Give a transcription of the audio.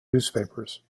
newspapers